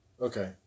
Okay